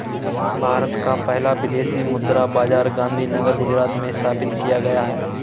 भारत का पहला विदेशी मुद्रा बाजार गांधीनगर गुजरात में स्थापित किया गया है